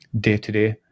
day-to-day